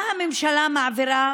מה הממשלה מעבירה